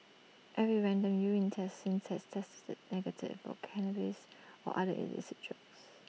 every random urine test since has tested negative for cannabis or other illicit drugs